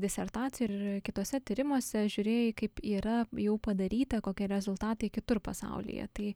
disertacijoj ir kituose tyrimuose žiūrėjai kaip yra jau padaryta kokie rezultatai kitur pasaulyje tai